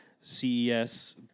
CES